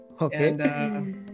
Okay